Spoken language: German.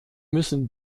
müssen